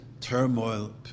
turmoil